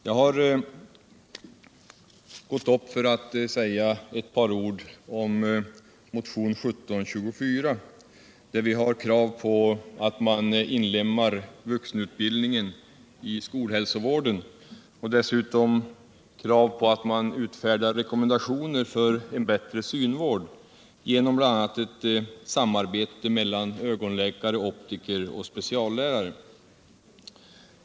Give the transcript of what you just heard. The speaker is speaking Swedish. Jag har gått upp för att säga ett par ord om motionen 1724, där vi har krav på att man inlemmar vuxenutbildningen i skolhälsovården och dessutom krav på att man utfärdar rekommendationer för en bättre synvård genom bl.a. ett samarbete mellan ögonläkare, optiker och speciallärare.